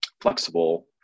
flexible